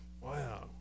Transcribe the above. Wow